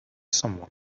someone